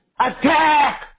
Attack